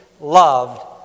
loved